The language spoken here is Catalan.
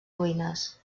ruïnes